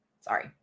Sorry